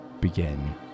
begin